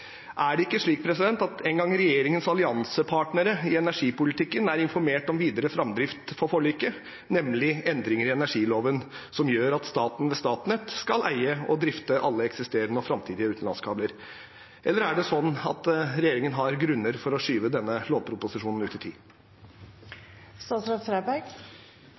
Er det slik at ikke engang regjeringens alliansepartnere i energipolitikken er informert om videre framdrift for forliket, nemlig endringer i energiloven som gjør at staten, ved Statnett, skal eie og drifte alle eksisterende og framtidige utenlandskabler, eller er det sånn at regjeringen har grunner for å skyve denne lovproposisjonen ut i